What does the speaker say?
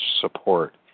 support